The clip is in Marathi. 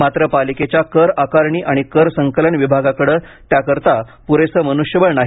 मात्र पालिकेच्या कर आकारणी आणि कर संकलन विभागाकडे त्याकरिता पुरेसे मनुष्यबळ नाही